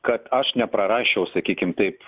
kad aš neprarasčiau sakykim taip